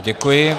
Děkuji.